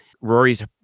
Rory's